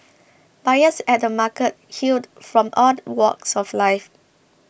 buyers at the markets hailed from all walks of life